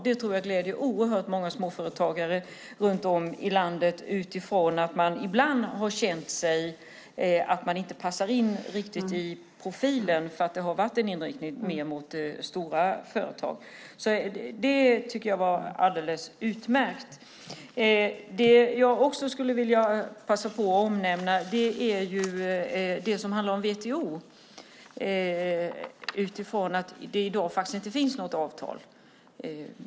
Jag tror att det gläder oerhört många småföretagare runt om i landet, utifrån att man ibland har känt att man inte riktigt passar in i profilen därför att det har varit mer en inriktning mot stora företag. Det är alldeles utmärkt. Det jag också skulle vilja passa på att omnämna är det som handlar om WTO, utifrån att det i dag inte finns något avtal.